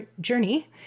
journey